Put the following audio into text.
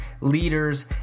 leaders